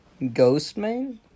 Ghostman